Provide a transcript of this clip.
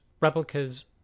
replicas